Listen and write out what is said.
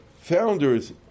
founders